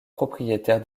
propriétaire